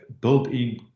built-in